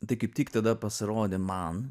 tai kaip tik tada pasirodė man